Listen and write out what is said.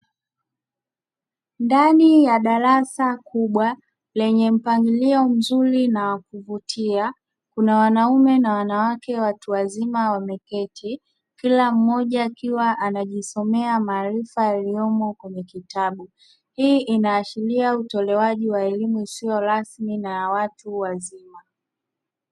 Ndani ya darasa kubwa lenye mpangilio mzuri na wa kuvutia, kuna wanaume na wanawake watu wazima wameketi kila mmoja akiwa anajisomea maarifa yaliyomo kwenye kitabu. Hii inaashiria utoaji wa elimu isiyo rasmi na ya watu wazima.